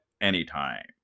anytime